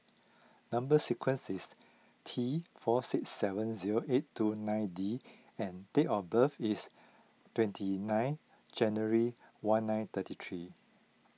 Number Sequence is T four six seven zero eight two nine D and date of birth is twenty nine January one nine ninety three